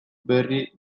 berri